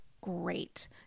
great